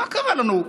מה קרה לנו?